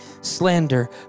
slander